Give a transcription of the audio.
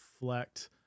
reflect